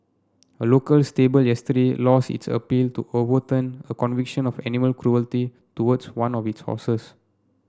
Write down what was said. a local stable yesterday lost its appeal to overturn a conviction of animal cruelty towards one of its horses